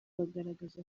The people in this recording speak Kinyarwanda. bagaragaza